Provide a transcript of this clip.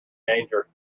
danger